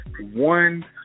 one